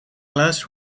glass